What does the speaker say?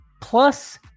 plus